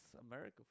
America